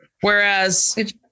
Whereas